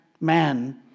man